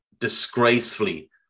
disgracefully